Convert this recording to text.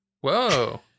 Whoa